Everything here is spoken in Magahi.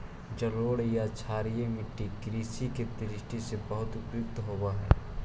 जलोढ़ या क्षारीय मट्टी कृषि के दृष्टि से बहुत उपयुक्त होवऽ हइ